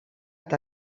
fins